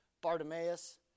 Bartimaeus